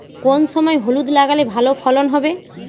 কোন সময় হলুদ লাগালে ভালো ফলন হবে?